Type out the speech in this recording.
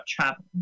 travel